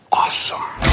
awesome